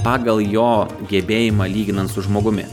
pagal jo gebėjimą lyginant su žmogumi